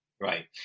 Right